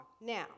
Now